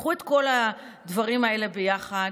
קחו את כל הדברים האלה ביחד,